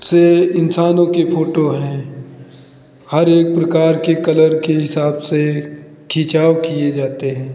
से इंसानों के फोटो हैं हरेक प्रकार के कलर के हिसाब से खिंचाव किए जाते हैं